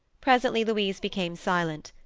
presently louise became silent.